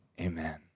amen